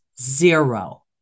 zero